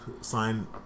sign